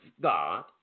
God